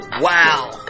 Wow